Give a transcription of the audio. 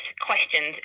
questions